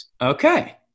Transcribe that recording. Okay